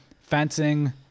Fencing